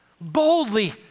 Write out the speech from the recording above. boldly